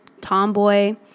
tomboy